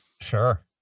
Sure